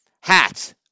hats